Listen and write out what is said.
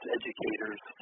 educators